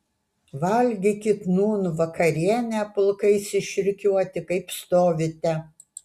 valgykit nūn vakarienę pulkais išrikiuoti kaip stovite